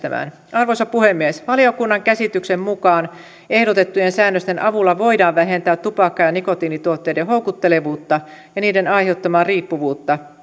yhtenäistämään arvoisa puhemies valiokunnan käsityksen mukaan ehdotettujen säännösten avulla voidaan vähentää tupakka ja nikotiinituotteiden houkuttelevuutta ja niiden aiheuttamaa riippuvuutta